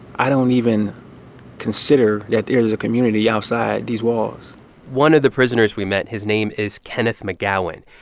i don't even consider that there is a community outside these walls one of the prisoners we met his name is kenneth mcgowan.